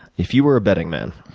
if you were a betting man